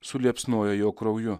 suliepsnoja jo krauju